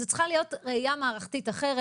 זאת צריכה להיות ראיה מערכתית אחרת.